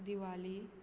Diwali